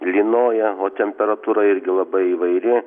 lynoja o temperatūra irgi labai įvairi